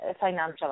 financial